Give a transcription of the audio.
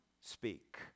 speak